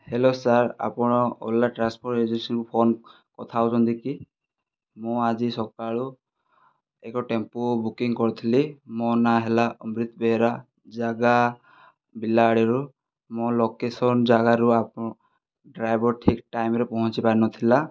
hello sir ଆପଣ Ola transfer ଏଜେନ୍ସିରୁ phone କଥା ହେଉଛନ୍ତି କି ମୁଁ ଆଜି ସକାଳୁ ଏକ ଟ୍ୱେମ୍ପୁ ବୁକିଙ୍ଗ କରିଥିଲି ମୋ ନାଁ ହେଲା ଅମ୍ରିତ ବେହେରା ଜାଗା ବିଲହାଡ଼ରୁ ମୋ ଲୋକେସନ ଜାଗାରୁ ଆପଣ ଡ୍ରାଇଭର ଠିକ ଟାଇମରେ ପହଞ୍ଚି ପାରିନଥିଲା